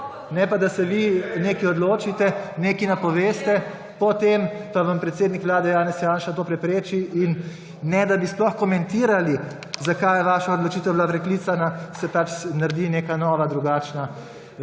ne pa, da se vi nekaj odločite, nekaj napoveste, potem vam pa predsednik Vlade Janez Janša to prepreči. In ne da bi sploh komentirali, zakaj je vaša odločitev bila preklicana, se pač naredi neka nova, drugačna